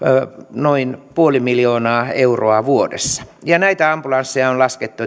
noin puoli miljoonaa euroa vuodessa näitä ambulansseja on laskettu